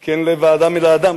כן לב האדם אל האדם".